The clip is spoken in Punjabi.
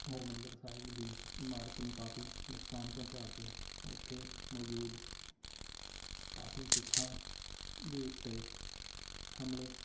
ਹਰਿਮੰਦਰ ਸਾਹਿਬ ਦੀ ਇਮਾਰਤ ਨੂੰ ਕਾਫ਼ੀ ਨੁਕਸਾਨ ਪਹੁੰਚਾ ਕੇ ਉੱਥੇ ਮੌਜੂਦ ਕਾਫ਼ੀ ਸਿੱਖਾਂ ਦੇ ਉੱਤੇ ਹਮਲੇ